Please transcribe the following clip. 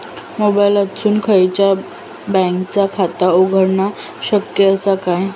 मोबाईलातसून खयच्याई बँकेचा खाता उघडणा शक्य असा काय?